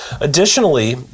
Additionally